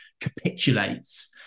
capitulates